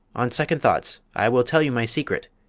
on second thoughts, i will tell you my secret,